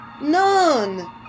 none